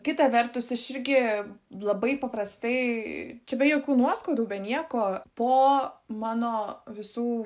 kita vertus aš irgi labai paprastai čia be jokių nuoskaudų be nieko po mano visų